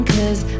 Cause